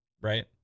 right